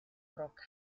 roca